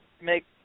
make